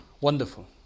wonderful